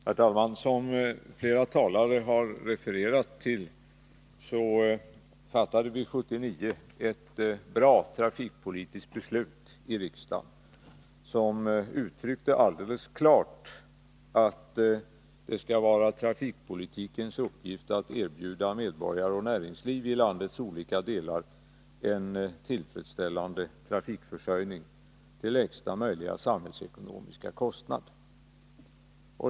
Herr talman! Som flera talare har refererat till fattade vi i riksdagen 1979 ett bra trafikpolitiskt beslut som uttryckte alldeles klart att trafikpolitikens uppgift skall vara att erbjuda medborgarna och näringslivet i landets olika delar en tillfredsställande trafikförsörjning till lägsta möjliga samhällsekonomiska kostnad.